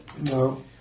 No